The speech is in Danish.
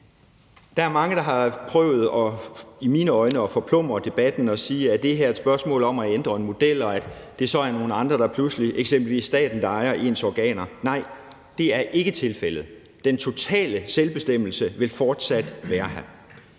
der i mine øjne har prøvet at forplumre debatten og sige: Er det her er et spørgsmål om at ændre en model, så det pludselig er nogle andre, eksempelvis staten, der ejer ens organer? Nej, det er ikke tilfældet. Den totale selvbestemmelse vil fortsat være her.